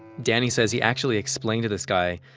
danny says he actually explained to this guy,